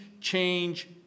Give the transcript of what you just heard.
change